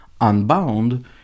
unbound